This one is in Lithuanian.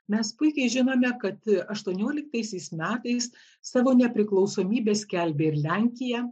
mes puikiai žinome kad aštuonioliktaisiais metais savo nepriklausomybę skelbė ir lenkija